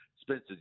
Spencer